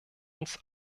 uns